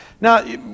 Now